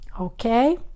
okay